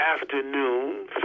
afternoon